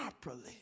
properly